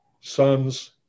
sons